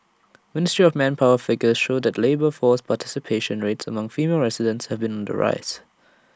ministry of manpower figures show that the labour force participation rates among female residents have been the rise